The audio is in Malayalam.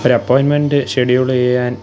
ഒരു അപ്പോയിൻമെൻറ്റ് ഷെഡ്യൂൾ ചെയ്യാൻ